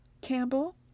Campbell